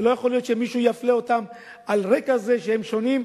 ולא יכול להיות שמישהו יפלה אותם על רקע זה שהם שונים,